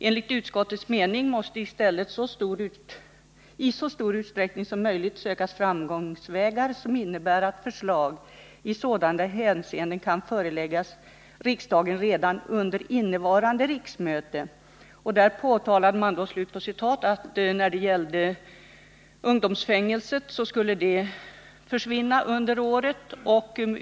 Enligt utskottets mening måste i stället i så stor utsträckning som möjligt sökas framgångsvägar som innebär att förslag i sådana hänseenden kan föreläggas riksdagen redan under innevarande riksmöte.” Vidare påtalade utskottet att ungdomsfängelse skulle försvinna under året.